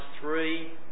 three